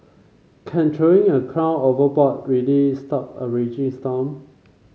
can throwing a crown overboard really stop a raging storm